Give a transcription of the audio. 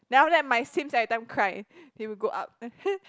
then after that my Sims every time cry it will go up